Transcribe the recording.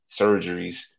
surgeries